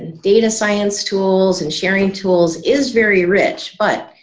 data science tools and sharing tools is very rich but